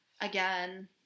again